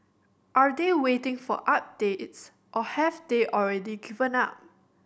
are they waiting for updates or have they already given up